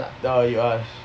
oh you ask